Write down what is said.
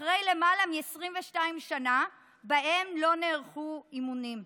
אחרי למעלה מ-22 שנה שבהן לא נערכו אימונים.